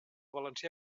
valencià